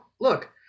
look